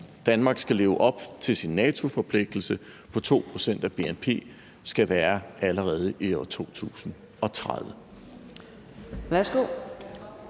Danmark skal leve op til sin NATO-forpligtelse på 2 pct. af bnp, skal være allerede i 2030.